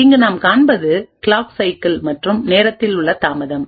இங்கு நாம் காண்பது கிளாக் சைக்கிள் மற்றும் நேரத்தில் உள்ள தாமதம்